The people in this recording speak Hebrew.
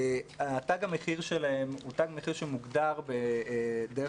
תג המחיר שלהם הוא תג מחיר שמוגדר דרך